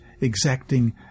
exacting